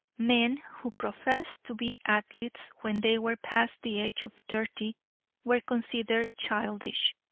men who professed to be athletes when they were past the age of thirty were considered childish,